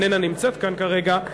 איננה נמצאת כאן כרגע,